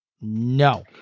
No